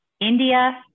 India